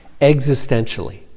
existentially